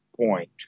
point